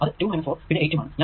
അത് 2 4 പിന്നെ 8 ഉം ആണ്